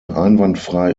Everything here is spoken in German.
einwandfrei